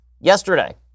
yesterday